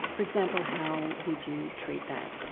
for example, how would you treat that?